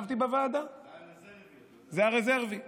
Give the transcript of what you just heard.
זה הרזרבי.